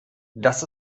das